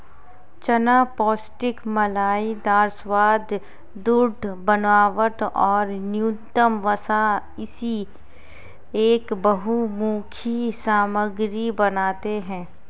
चना पौष्टिक मलाईदार स्वाद, दृढ़ बनावट और न्यूनतम वसा इसे एक बहुमुखी सामग्री बनाते है